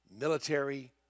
military